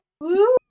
Woo